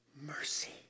mercy